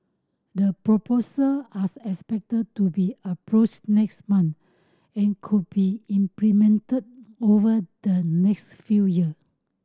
the proposal as expected to be approved next month and could be implemented over the next few year